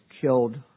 killed